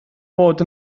bod